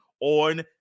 on